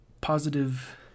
positive